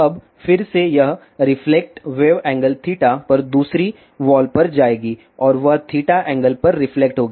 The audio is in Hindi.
अब फिर से यह रिफ्लेक्ट वेव एंगल पर दूसरी वॉल पर जाएगी और वह एंगल पर रिफ्लेक्ट होगी